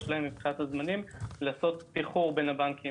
סיימנו פרק נוסף ברפורמת הייבוא, פרק התקנים.